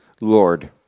Lord